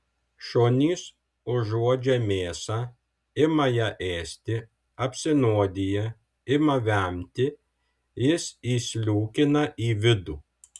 šunys užuodžia mėsą ima ją ėsti apsinuodija ima vemti jis įsliūkina į vidų